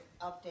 update